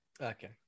Okay